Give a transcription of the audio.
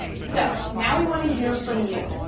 so now we wanna hear from you.